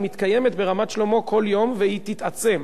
היא מתקיימת ברמת-שלמה כל יום והיא תתעצם,